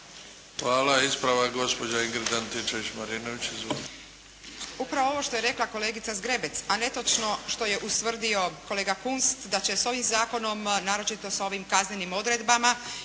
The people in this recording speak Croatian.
Hvala. Odgovor gospođa Ingrid Antičević-Marinović.